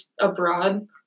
abroad